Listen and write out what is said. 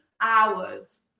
hours